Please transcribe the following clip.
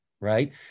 Right